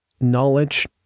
knowledge